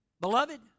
Beloved